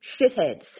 shitheads